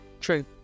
True